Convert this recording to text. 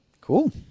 cool